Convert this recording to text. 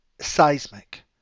Seismic